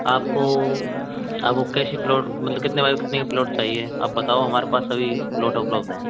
आपको आपको कैसी प्लॉट मतलब कितने बाय कितने का प्लॉट चाहिए आप बताओ हमारे पास अभी प्लॉट उपलब्ध है